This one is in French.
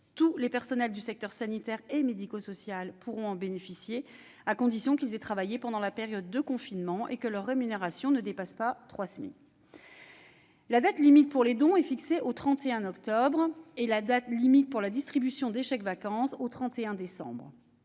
Tous les personnels du secteur sanitaire et médico-social pourront en bénéficier, à condition qu'ils aient travaillé pendant la période de confinement et que leur rémunération ne dépasse pas trois SMIC. La date limite pour les dons est fixée au 31 octobre et la date limite pour la distribution des chèques-vacances est fixée au 31 décembre.